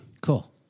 Cool